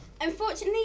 Unfortunately